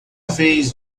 vez